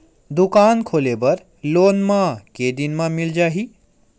दुकान खोले बर लोन मा के दिन मा मिल जाही?